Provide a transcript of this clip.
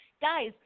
guys